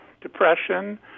depression